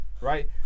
right